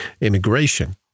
immigration